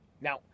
Now